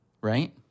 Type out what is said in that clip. right